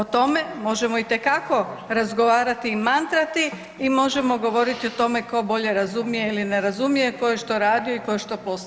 O tome možemo itekako razgovarati i mantrati i možemo govoriti o tome ko bolje razumije ili ne razumije, ko je što radio i ko je što postigao.